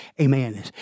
amen